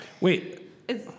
Wait